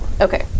Okay